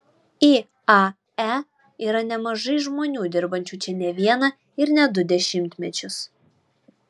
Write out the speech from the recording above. iae yra nemažai žmonių dirbančių čia ne vieną ir ne du dešimtmečius